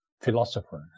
philosopher